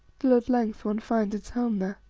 till at length one finds its home there.